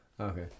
Okay